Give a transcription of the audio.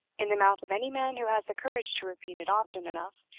in the mouth of any man who has the courage to repeat it often enough,